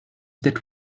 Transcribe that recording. that